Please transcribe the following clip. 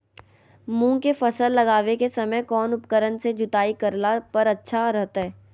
मूंग के फसल लगावे के समय कौन उपकरण से जुताई करला पर अच्छा रहतय?